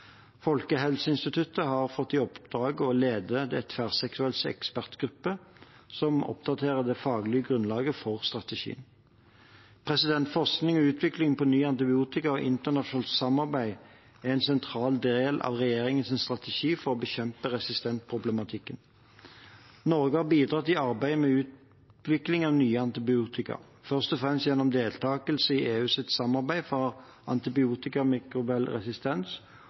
Folkehelseinstituttet har fått i oppgave å lede en tverrsektoriell ekspertgruppe som oppdaterer det faglige grunnlaget for strategien. Forskning og utvikling på nye antibiotika og internasjonalt samarbeid er en sentral del av regjeringens strategi for å bekjempe resistensproblematikken. Norge har bidratt i arbeidet med utvikling av nye antibiotika, først og fremst gjennom deltakelse i